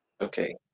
Okay